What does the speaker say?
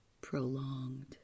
prolonged